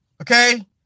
Okay